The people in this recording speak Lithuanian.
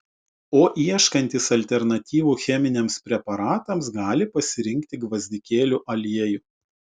o ieškantys alternatyvų cheminiams preparatams gali pasirinkti gvazdikėlių aliejų